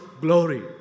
glory